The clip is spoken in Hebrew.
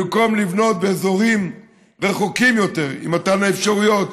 במקום לבנות באזורים רחוקים יותר עם מתן האפשרויות,